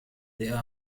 there